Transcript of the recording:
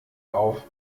auf